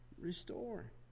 restore